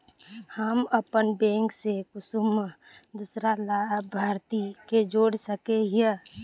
हम अपन बैंक से कुंसम दूसरा लाभारती के जोड़ सके हिय?